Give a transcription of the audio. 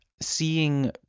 seeing